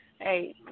hey